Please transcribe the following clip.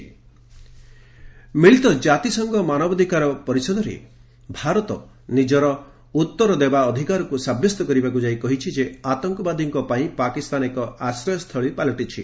UNHRC ମିଳିତ ଜାତିସଂଘ ମାନବାଧିକାର ପରିଷଦରେ ଭାରତ ନିଜର ଉତ୍ତର ଦେବା ଅଧିକାରକୁ ସାବ୍ୟସ୍ତ କରିବାକୁ ଯାଇ କହିଛି ଯେ ଆତଙ୍କବାଦୀଙ୍କ ପାଇଁ ପାକିସ୍ତାନ ଏକ ଆଶ୍ରୟସ୍ଥଳୀ ପାଲଟିଛି